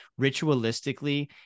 ritualistically